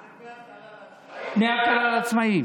אבטלה לעצמאים?